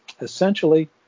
essentially